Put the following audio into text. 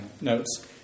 notes